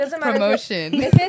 promotion